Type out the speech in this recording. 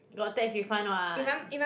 got tax refund [what]